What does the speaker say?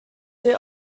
sit